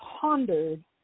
pondered